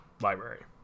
library